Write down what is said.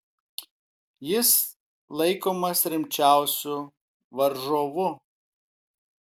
jis laikomas rimčiausiu varžovu